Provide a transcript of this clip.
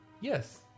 Yes